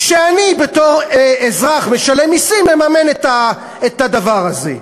כשאני בתור אזרח משלם מסים מממן את הדבר הזה.